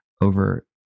over